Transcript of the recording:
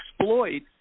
exploit